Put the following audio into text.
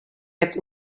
hebt